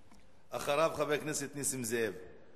אחריו, חבר הכנסת נסים זאב.